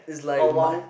along